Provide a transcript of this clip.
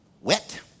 wet